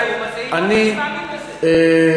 אני, אם זה איום אז זה איום.